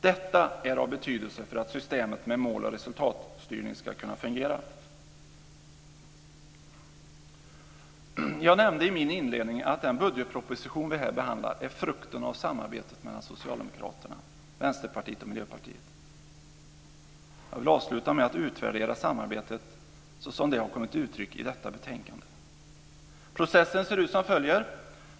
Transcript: Detta är av betydelse för att systemet med mål och resultatstyrning ska kunna fungera. Jag nämnde i min inledning att den budgetproposition vi här behandlar är frukten av samarbetet mellan Socialdemokraterna, Vänsterpartiet och Miljöpartiet. Jag vill avsluta med att utvärdera samarbetet såsom det har kommit till uttryck i detta betänkande. Processen ser ut som följer.